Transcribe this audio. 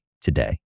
today